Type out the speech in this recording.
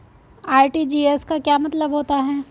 RTGS का क्या मतलब होता है?